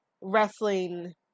wrestling